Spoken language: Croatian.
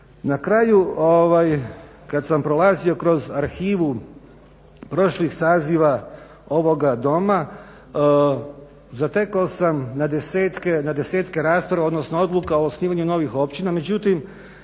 Na kraju, kad sam prolazio kroz arhivu prošlih saziva ovoga Doma zatekao sam na desetke rasprava, odnosno odluka o osnivanju novih općina, međutim